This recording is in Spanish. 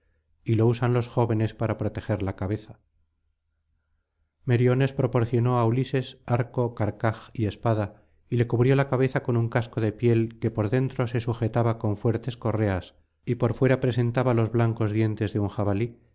y lo usan los jóvenes para proteger la cabeza meriones proporcionó á ulises arco carcaj y espada y le cubrió la cabeza con un casco de piel que por dentro se sujetaba con fuertes correas y por fuera presentaba los blancos dientes de un jabalí